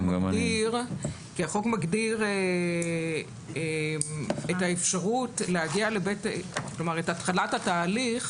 החוק מגדיר את התחלת התהליך.